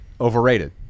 overrated